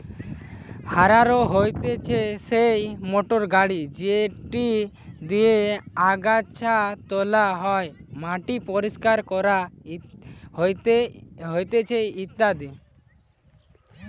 harrow হতিছে সেই motor গাড়ি যেটি দিয়া আগাছা তোলা হয়, মাটি পরিষ্কার করা হতিছে ইত্যাদি